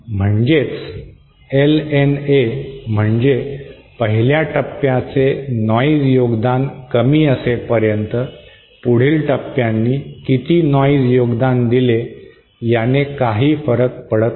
म्हणजेच LNA म्हणजे पहिल्या टप्प्याचे नॉइज योगदान कमी असेपर्यंत पुढील टप्प्यांनी किती नॉइज योगदान दिले याने काही फरक पडत नाही